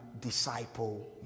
disciple